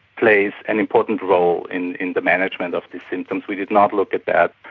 plays an important role in in the management of these symptoms, we did not look at that,